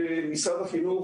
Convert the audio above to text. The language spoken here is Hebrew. משרד החינוך,